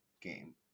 game